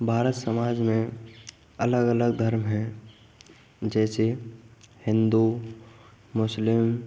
भारत समाज में अलग अलग धर्म हैं जैसे हिंदू मुस्लिम